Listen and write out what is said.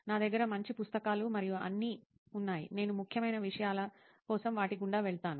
నా దగ్గర మంచి పుస్తకాలు మరియు అన్నీ ఉన్నాయి నేను ముఖ్యమైన విషయాల కోసం వాటి గుండా వెళ్తాను